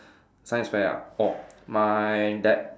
science fair ah orh my that